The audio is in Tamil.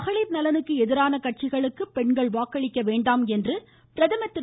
மகளிர் நலனுக்கு எதிரான கட்சிகளுக்கு பெண்கள் வாக்களிக்க வேண்டாம் என்று பிரதமர் திரு